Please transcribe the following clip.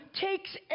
takes